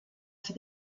for